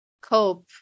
cope